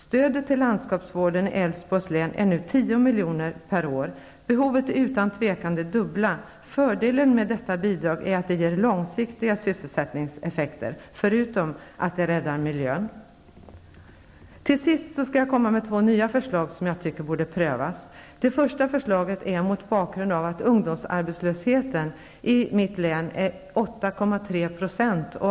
Stödet till landskapsvård i Älvsborgs län är nu 10 milj.kr. Behovet är utan tvivel det dubbla. Fördelen med detta bidrag är att det ger långsiktiga sysselsättningseffekter, förutom att det räddar miljön. Till sist skall jag komma med två nya förslag som jag tycker borde prövas. Det första förslaget kan ses mot bakgrund av att ungdomsarbetslösheten i mitt hemlän är 8,3 %.